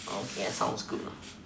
okay sounds good